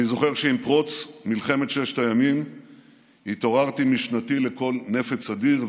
אני זוכר שעם פרוץ מלחמת ששת הימים התעוררתי משנתי לקול נפץ אדיר,